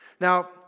Now